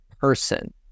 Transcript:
person